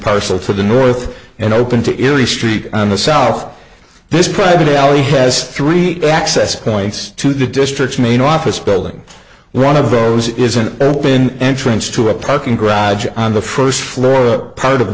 parcel for the north and open to erie street on the south this private alley has three access points to the district's main office building one of those is an open entrance to a parking garage on the first floor a part of